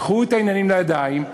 קחו את העניינים לידיים,